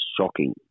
shocking